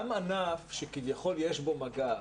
גם ענף שכביכול יש בו מגע,